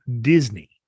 Disney